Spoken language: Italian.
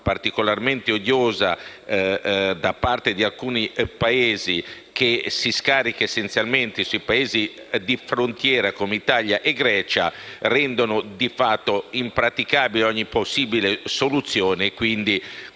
particolarmente odiosa e che si scarica essenzialmente sui Paesi di frontiera, come Italia e Grecia, renda di fatto impraticabile ogni possibile soluzione. Quindi,